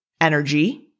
energy